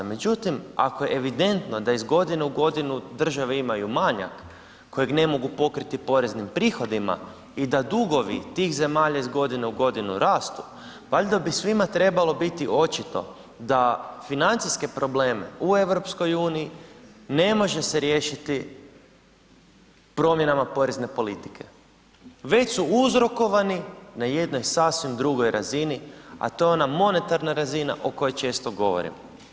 Međutim ako je evidentno da iz godine u godinu države imaju manjak kojeg ne mogu pokriti poreznim prihodima i da dugovi tih zemalja iz godine u godinu rastu, valjda bi svima trebalo biti očito da financijske probleme u EU-u ne može se riješiti promjenama porezne politike već su uzrokovani na jednoj sasvim drugoj razini a to je ona monetarna razina o kojoj često govorim.